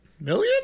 million